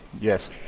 Yes